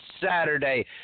Saturday